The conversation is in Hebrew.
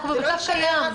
אנחנו במצב קיים.